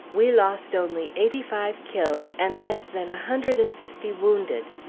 we lost only eighty-five killed, and less than a hundred and fifty wounded!